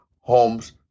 homes